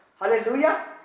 Hallelujah